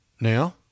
now